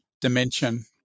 dimension